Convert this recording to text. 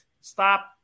stop